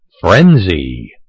Frenzy